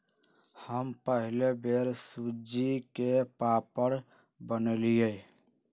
हम पहिल बेर सूज्ज़ी के पापड़ बनलियइ